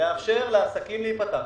לאפשר לעסקים להיפתח.